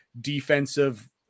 defensive